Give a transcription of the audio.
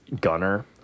Gunner